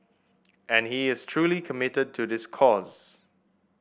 and he is truly committed to this cause